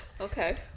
okay